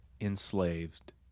enslaved